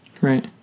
Right